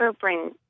bring